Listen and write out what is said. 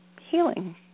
healing